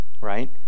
Right